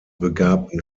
begabten